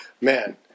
man